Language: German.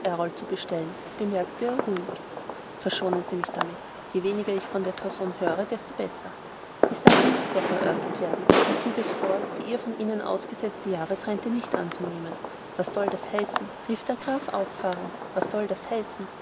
zu bestellen bemerkte er ruhig verschonen sie mich damit je weniger ich von der person höre desto besser die sache muß doch erörtert werden sie zieht es vor die ihr von ihnen ausgesetzte jahresrente nicht anzunehmen was soll das heißen rief der graf auffahrend was soll das heißen